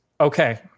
okay